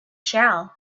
shell